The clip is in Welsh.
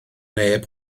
neb